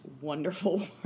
wonderful